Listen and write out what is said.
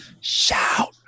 Shout